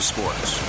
Sports